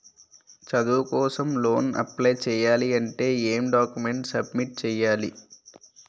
చదువు కోసం loan apply చేయాలి అంటే ఎం డాక్యుమెంట్స్ సబ్మిట్ చేయాలి?